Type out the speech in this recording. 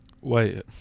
Wait